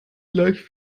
gleich